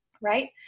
right